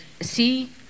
see